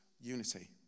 unity